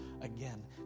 again